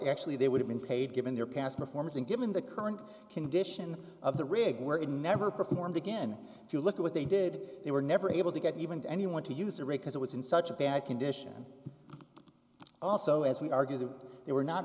actually they would have been paid given their past performance and given the current condition of the rig were never performed again if you look at what they did they were never able to get even to anyone to use the rake as it was in such a bad condition also as we argue that they were not